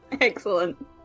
Excellent